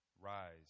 rise